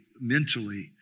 mentally